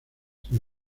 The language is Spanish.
sin